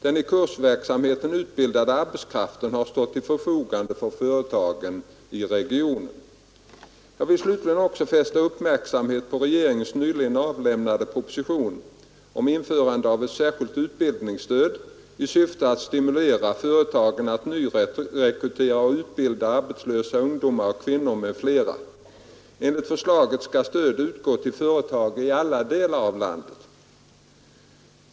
Den i kursverksamheten utbildade arbetskraften har stått till förfogande för företagen i regionen. Jag vill slutligen också fästa uppmärksamheten på regeringens nyligen avlämnade proposition om införande av ett särskilt utbildningsstöd i syfte att stimulera företag att nyrekrytera och utbilda arbetslösa ungdomar och kvinnor m.fl. Enligt förslaget skall stöd utgå till företag i alla delar av landet.